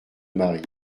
mari